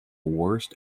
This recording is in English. worst